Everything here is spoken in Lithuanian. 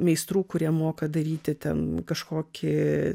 meistrų kurie moka daryti ten kažkokį